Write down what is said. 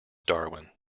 darwin